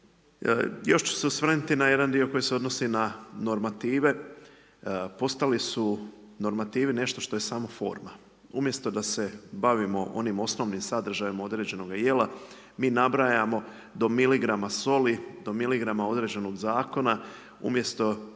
Još ću se osvrnuti na jedan dio koji se odnosi na normative, postali su normativi nešto što je samo forma. Umjesto da se bavimo onim osnovnim sadržajem određenoga jela mi nabrajamo do miligrama soli, do miligrama određenog zakona umjesto